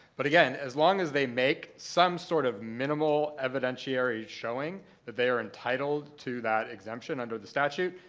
but again, as long as they make some sort of minimal evidentiary showing that they are entitled to that exemption under the statute,